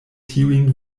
tiun